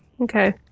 Okay